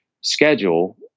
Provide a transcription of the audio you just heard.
schedule